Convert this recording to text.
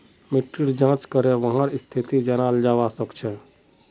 मिट्टीर जाँच करे वहार स्थिति जनाल जवा सक छे